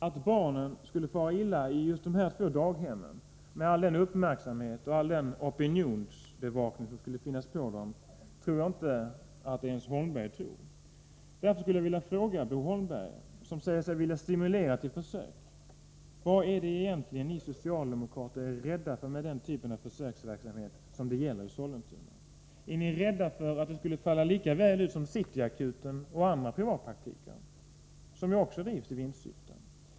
Att barnen skulle fara illa i just dessa två daghem — med all den uppmärksamhet och all den opinionsbevakning som skulle ägnas dem — tror jag inte ens Bo Holmberg anser. Därför skulle jag vilja fråga Bo Holmberg, som säger sig vilja stimulera till försök: Vad är det egentligen ni socialdemokrater är rädda för med den typ av försöksverksamhet som det gäller i Sollentuna? Är ni rädda för att det skulle falla lika väl ut som City Akuten och andra privatpraktiker, som också drivs i vinstsyfte?